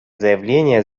заявление